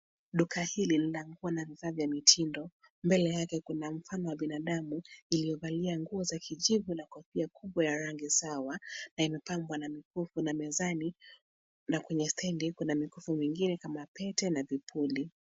Duka hili lina nguo na bidhaa vya mitindo. Mbele yake kuna mfano wa binadamu iliyovalia nguo za kijivu na kofia kubwa ya rangi sawa na imepambwa na mikufu na mezani na kwenye stendi kuna mikufu mingine kama pete na vipuli.